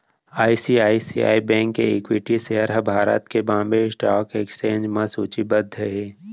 ICICI bank के equity share ह भारत के बांबे स्टॉक एक्सचेंज म सूचीबद्ध हे